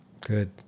Good